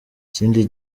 ikindi